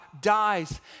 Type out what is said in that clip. dies